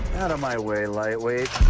out of my way, lightweight.